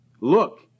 Look